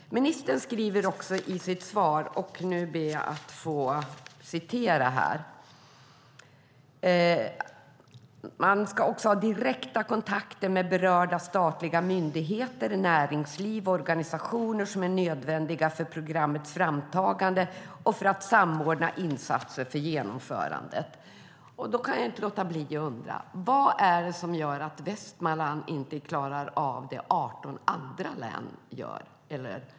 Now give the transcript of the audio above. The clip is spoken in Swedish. Ministern skriver också i sitt svar, och nu ber jag att få citera: Man ska "också ha direkta kontakter med berörda statliga myndigheter, näringsliv och organisationer som är nödvändiga för programmets framtagande och för att samordna insatser för genomförandet". Då kan jag inte låta bli att undra: Vad är det som gör att Västmanland inte klarar av det 18 andra län gör?